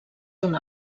una